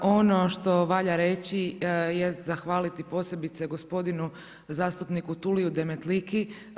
Ono što valja reći jest zahvaliti posebice gospodinu zastupniku Tuliu Demetliki.